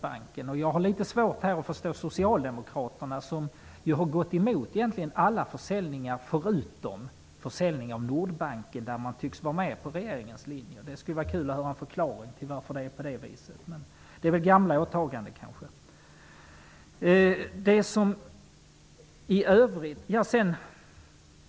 Jag har litet svårt att förstå socialdemokraterna som egentligen har gått emot alla försäljningar förutom försäljningen av Nordbanken där man tycks vara med på regeringens linje. Det skulle vara kul att få höra en förklaring till varför det är på det viset. Det kanske är gamla åtaganden.